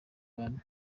bane